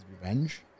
revenge